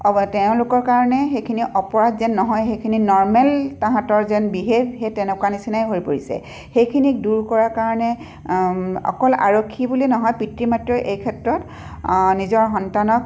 বা তেওঁলোকৰ কাৰণে সেইখিনি অপৰাধ যেন নহয় সেইখিনি নৰমেল তাহাঁতৰ যেন বিহেভ সেই তেনেকুৱা নিচিনাই হৈ পৰিছে সেইখিনিক দূৰ কৰাৰ কাৰণে অকল আৰক্ষী বুলি নহয় পিতৃ মাতৃয়েও এই ক্ষেত্ৰত নিজৰ সন্তানক